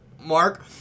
Mark